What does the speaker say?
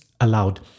allowed